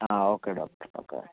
uh okay doctor okay